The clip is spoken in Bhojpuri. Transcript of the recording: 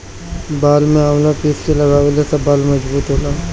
बाल में आवंला पीस के लगवला से बाल मजबूत होला